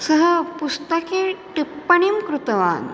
सः पुस्तके टिप्पणीं कृतवान्